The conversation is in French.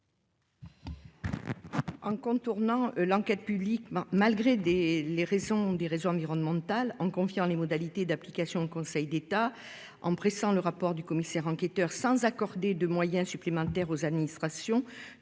En contournant l'enquête publique malgré des raisons environnementales, en confiant la détermination des modalités d'application au Conseil d'État, en pressant le rapport du commissaire enquêteur sans accorder de moyens supplémentaires aux administrations,